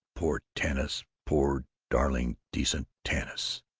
poor tanis, poor darling decent tanis!